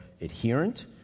adherent